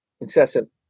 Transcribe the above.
incessant